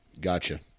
gotcha